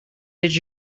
did